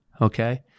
okay